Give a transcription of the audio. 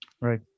Right